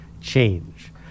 change